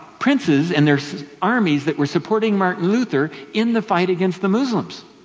princes and their armies that we're supporting martin luther in the fight against the muslims.